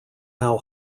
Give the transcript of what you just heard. how